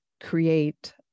create